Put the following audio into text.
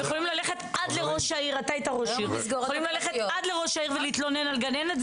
הם יכולים ללכת עד לראש העיר ולהתלונן על גננת,